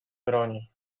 broni